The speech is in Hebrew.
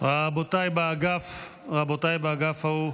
רבותיי באגף ההוא,